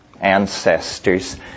ancestors